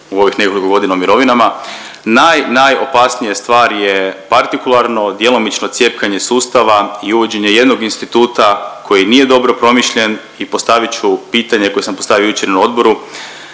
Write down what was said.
u ovih nekoliko godina o mirovina naj, naj opasnija stvar je partikularno, djelomično cjepkanje sustava i uvođenje jednog instituta koji nije dobro promišljen i postavit ću pitanje koje sam postavio jučer i na odboru.